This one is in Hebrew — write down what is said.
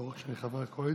ברור שאני חבר הקואליציה.